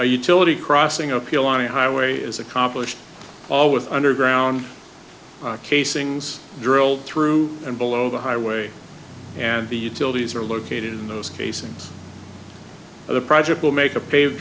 a utility crossing appeal on a highway is accomplished all with underground casings drilled through and below the highway and the utilities are located in those cases the project will make a pav